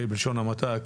בלשון המעטה,